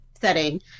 setting